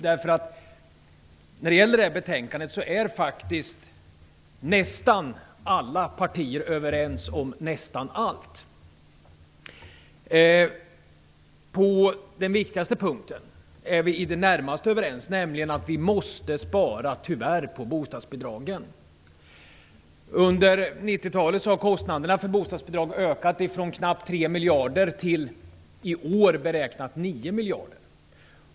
I det betänkande som vi nu behandlar är nästan alla partier överens om nästan allt. På den viktigaste punkten är vi i det närmaste överens, nämligen att vi tyvärr måste spara på bostadsbidragen. Under 90-talet har kostnaderna för bostadsbidragen ökat från knappt 3 miljarder till en beräknad kostnad för detta år om 9 miljarder.